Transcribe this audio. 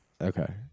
Okay